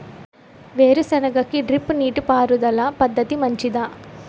వేరుసెనగ కి డ్రిప్ నీటిపారుదల పద్ధతి మంచిదా?